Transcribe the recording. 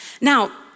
Now